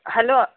hello